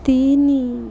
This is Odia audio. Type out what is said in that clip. ତିନି